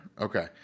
okay